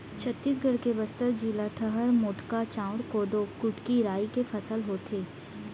छत्तीसगढ़ के बस्तर जिला डहर मोटहा चाँउर, कोदो, कुटकी, राई के फसल होथे